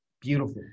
beautiful